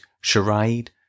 charade